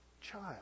child